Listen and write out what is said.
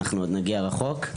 עוד נגיע רחוק.